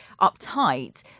uptight